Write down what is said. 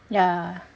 ya